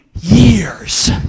years